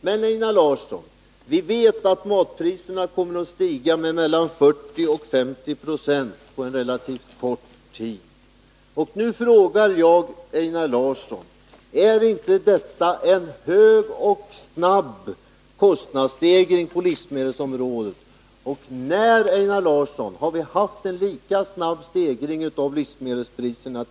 Men, Einar Larsson, vi vet att matpriserna kommer att stiga med mellan 40 och 50 96 på en relativt kort tid. Nu frågar jag Einar Larsson: Är inte detta en stor och snabb kostnadsstegring på livsmedelsområdet? När har vi tidigare haft en lika snabb stegring av livsmedelspriserna?